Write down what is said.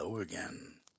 again